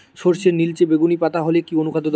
সরর্ষের নিলচে বেগুনি পাতা হলে কি অনুখাদ্য দেবো?